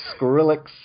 Skrillex